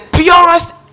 purest